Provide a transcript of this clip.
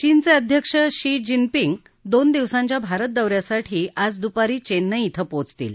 चीनचे अध्यक्ष Xi Jinping दोन दिवसांच्या भारत दौऱ्यासाठी आज दुपारी चेन्नई इथं पोचतील